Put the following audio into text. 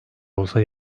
olsa